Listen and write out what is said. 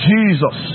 Jesus